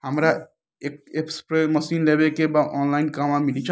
हमरा एक spray machine लेवे के बा ऑनलाइन कहवा मिली?